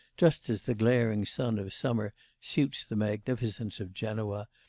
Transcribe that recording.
just as the glaring sun of summer suits the magnificence of genoa,